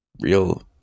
Real